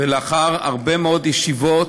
ולאחר הרבה מאוד ישיבות,